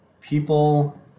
people